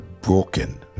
broken